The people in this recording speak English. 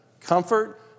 comfort